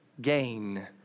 gain